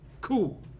cool